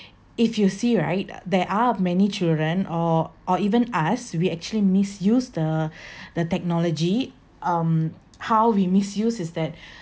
if you see right there are many children or or even us we actually misuse the the technology um how we misuse is that